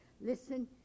Listen